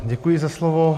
Děkuji za slovo.